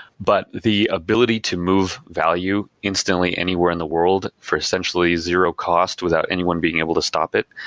but the ability to move value instantly anywhere in the world for essentially zero cost without anyone being able to stop it,